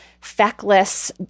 feckless